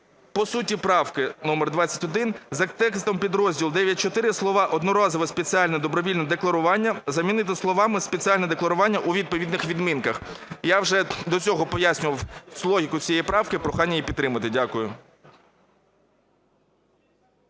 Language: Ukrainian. По суті правки номер 21. За текстом підрозділу 9.4 слова "одноразове спеціальне добровільне декларування" замінити словами "спеціальне декларування" у відповідних відмінках. Я вже до цього пояснював логіку цієї правки. Прохання її підтримати. Дякую.